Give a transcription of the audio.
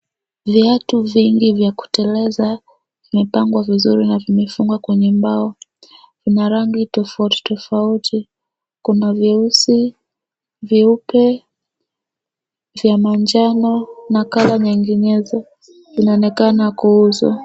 Viatu vingi cha kuteleza vimepangwa vizuri na vimefungwa kwenye mbao. Kuna rangi tofauti tofauti, kuna vyeusi, vyeupe, vya manjano na (cs)colour(cs) nyinginezo vinaonekana kuuzwa.